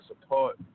support